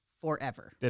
forever